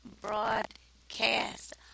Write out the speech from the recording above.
broadcast